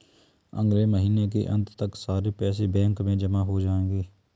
अगले महीने के अंत तक सारे पैसे बैंक में जमा हो जायेंगे